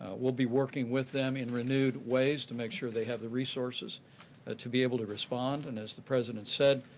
we'll be working with them in renewed ways to make sure they have the resources ah to be able to respond, and as the president said,